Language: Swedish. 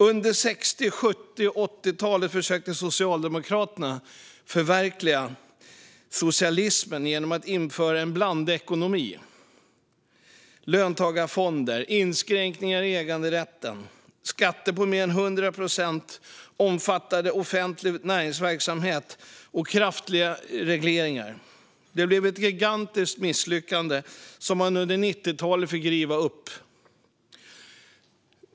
Under 60, 70 och 80-talen försökte Socialdemokraterna förverkliga socialismen genom att införa en blandekonomi: löntagarfonder, inskränkningar av äganderätten, skatter på mer än 100 procent, omfattande offentlig näringsverksamhet och kraftiga regleringar. Det blev ett gigantiskt misslyckande, och under 90-talet fick man riva upp många av besluten.